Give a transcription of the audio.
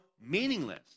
meaningless